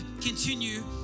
continue